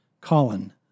Colin